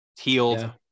healed